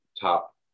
top